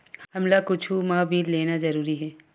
हमला कुछु मा बिल लेना जरूरी हे?